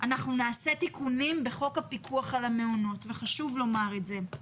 אנחנו נעשה בחוק הפיקוח על המעונות וחשוב לומר את זה.